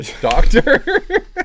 Doctor